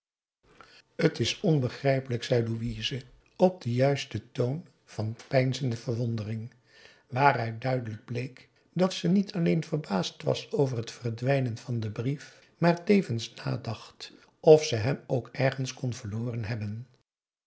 t is onbegrijpelijk zei louise op den juisten toon van peinzende verwondering waaruit duidelijk bleek dat ze niet alleen verbaasd was over het verdwijnen van den brief maar tevens nadacht of ze hem ook ergens kon verloren hebben